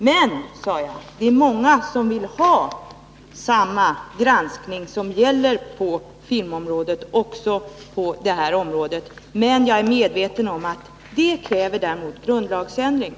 Det jag sade var att många vill ha samma granskning som gäller på filmområdet också på detta område men att jag är medveten om att detta kräver en grundlagsändring.